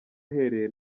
uhereye